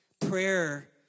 Prayer